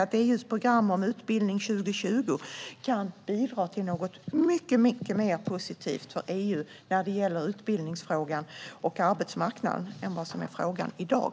Och EU:s program, Utbildning 2020, kan bidra till något mycket mer positivt för EU när det gäller utbildningsfrågan och arbetsmarknaden än i dag.